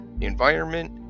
environment